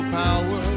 power